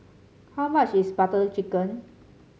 how much is Butter Chicken